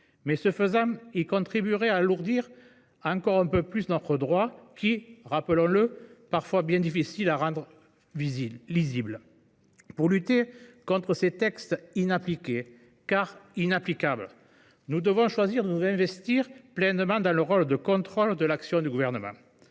Ce faisant, il contribuerait à alourdir encore un peu plus notre droit, qui est, rappelons le, parfois bien difficile à rendre lisible. Pour lutter contre ces textes inappliqués, car inapplicables, nous devons plutôt choisir de nous investir pleinement dans notre rôle de contrôle de l’action du Gouvernement.